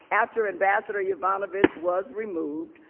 after ambassador yovanovitch was removed,